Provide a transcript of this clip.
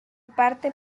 parte